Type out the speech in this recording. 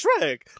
Shrek